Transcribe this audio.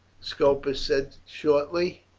scopus said shortly.